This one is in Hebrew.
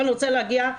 נכון.